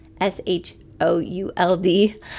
S-H-O-U-L-D